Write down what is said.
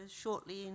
shortly